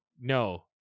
No